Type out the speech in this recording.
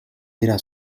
era